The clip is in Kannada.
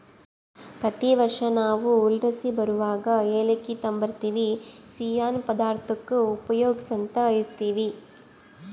ಪ್ರತಿ ವರ್ಷ ನಾವು ಊರ್ಲಾಸಿ ಬರುವಗ ಏಲಕ್ಕಿ ತಾಂಬರ್ತಿವಿ, ಸಿಯ್ಯನ್ ಪದಾರ್ತುಕ್ಕ ಉಪಯೋಗ್ಸ್ಯಂತ ಇರ್ತೀವಿ